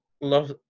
love